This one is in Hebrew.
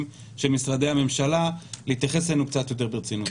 של משרדי הממשלה להתייחס אלינו קצת יותר ברצינות.